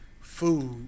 food